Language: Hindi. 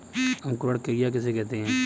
अंकुरण क्रिया किसे कहते हैं?